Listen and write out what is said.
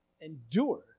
endure